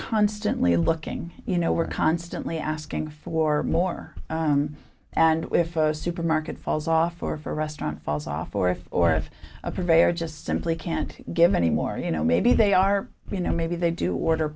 constantly looking you know we're constantly asking for more and if a supermarket falls off or for restaurant falls off or if or if a purveyor just simply can't give anymore you know maybe they are you know maybe they do order